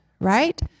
right